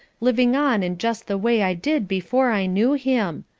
living on in just the way i did before i knew him.